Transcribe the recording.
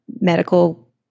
medical